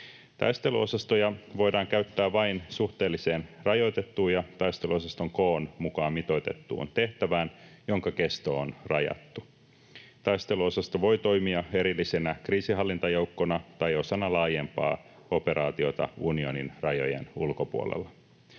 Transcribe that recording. Taisteluosastoja voidaan käyttää vain suhteellisen rajoitettuun ja taisteluosaston koon mukaan mitoitettuun tehtävään, jonka kesto on rajattu. Taisteluosasto voi toimia erillisenä kriisinhallintajoukkona tai osana laajempaa operaatiota unionin rajojen ulkopuolella.